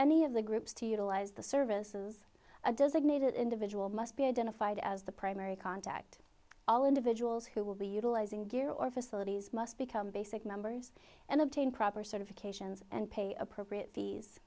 any of the groups to utilize the services a designated individual must be identified as the primary contact all individuals who will be utilizing gear or facilities must become basic members and obtain proper certifications and pay appropriate